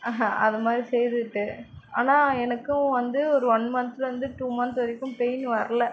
அதுமாதிரி சரின்ட்டு ஆனால் எனக்கும் வந்து ஒரு ஒன் மந்த்லேருந்து டூ மந்த் வரைக்கும் பெயின் வரல